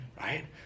right